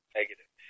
negative